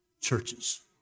churches